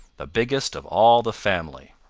the biggest of all the family.